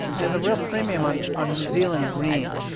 there's a real premium on on new zealand green.